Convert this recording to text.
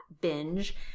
binge